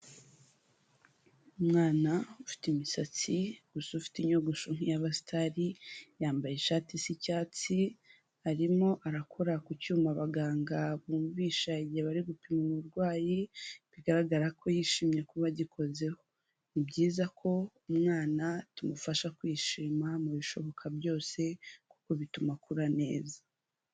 Umwana ufite imisatsi gusa ufite inyogosho nk'iyabasitari, yambaye ishati isa icyatsi, arimo arakora ku cyuma abaganga bumvisha igihe bari gupima umurwayi, bigaragara ko yishimye kuba agikozeho. Ni byiza ko umwana tumufasha kwishima mubishoboka byose kuko bituma akura neza.